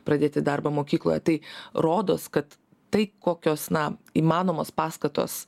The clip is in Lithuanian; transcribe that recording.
pradėti darbą mokykloje tai rodos kad tai kokios na įmanomos paskatos